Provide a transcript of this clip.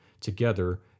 together